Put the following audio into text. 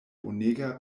bonega